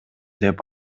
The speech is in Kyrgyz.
деп